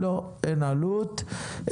אין עלות,